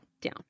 down